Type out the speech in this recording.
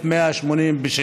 פ/1186/20.